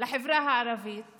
לחברה הערבית